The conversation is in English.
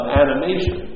animation